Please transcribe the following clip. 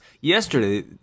yesterday